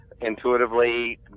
intuitively